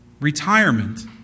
Retirement